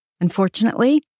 Unfortunately